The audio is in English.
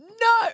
No